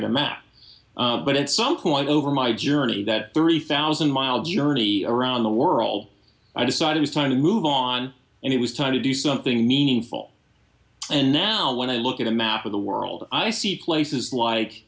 at a map but at some point over my journey that three thousand mile journey around the world i decided it's time to move on and it was time to do something meaningful and now when i look at a map of the world i see places like